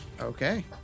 Okay